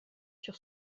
sur